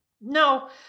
no